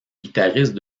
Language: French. guitariste